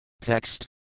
Text